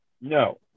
No